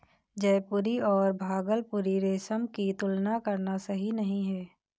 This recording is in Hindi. जयपुरी और भागलपुरी रेशम की तुलना करना सही नही है